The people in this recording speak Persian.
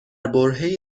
برههای